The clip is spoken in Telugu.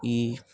ఈ